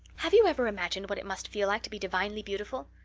have you ever imagined what it must feel like to be divinely beautiful?